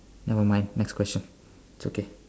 never mind next question it's okay